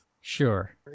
sure